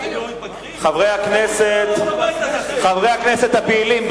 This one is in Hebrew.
חברי הכנסת הפעילים,